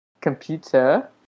computer